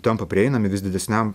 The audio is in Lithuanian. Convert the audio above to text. tampa prieinami vis didesniam